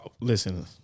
listen